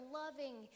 loving